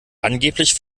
angeblich